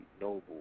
noble